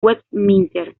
westminster